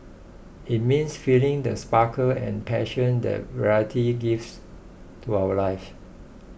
it means feeling the sparkle and passion that variety gives to our lives